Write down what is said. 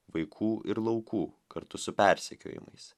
vaikų ir laukų kartu su persekiojimais